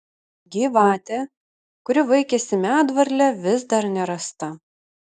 gyvatė kuri vaikėsi medvarlę vis dar nerasta